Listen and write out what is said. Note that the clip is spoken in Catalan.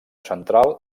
central